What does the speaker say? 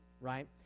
right